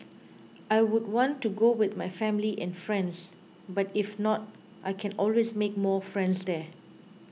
I would want to go with my family and friends but if not I can always make more friends there